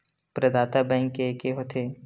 प्रदाता बैंक के एके होथे?